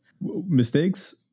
Mistakes